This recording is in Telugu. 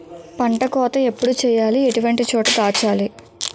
పంట కోత ఎప్పుడు చేయాలి? ఎటువంటి చోట దాచాలి?